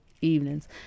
evenings